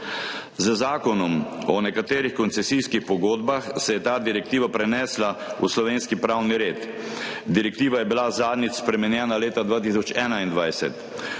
Z Zakonom o nekaterih koncesijskih pogodbah se je ta direktiva prenesla v slovenski pravni red. Direktiva je bila zadnjič spremenjena leta 2021.